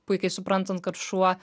puikiai suprantant kad šuo